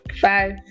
five